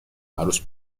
عروس